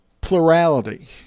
plurality